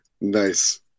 nice